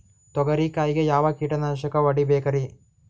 ತೊಗರಿ ಕಾಯಿಗೆ ಯಾವ ಕೀಟನಾಶಕ ಹೊಡಿಬೇಕರಿ?